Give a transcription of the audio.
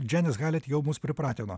džianis halet jau mus pripratino